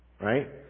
Right